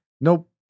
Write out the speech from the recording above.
Nope